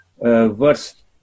verse